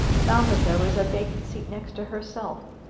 found that there was a vacant seat next herself.